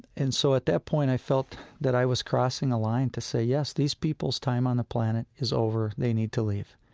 and so at that point, i felt that i was crossing a line to say, yes, these people's time on the planet is over, they need to leave.